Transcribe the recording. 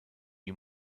you